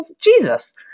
jesus